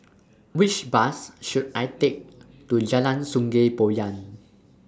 Which Bus should I Take to Jalan Sungei Poyan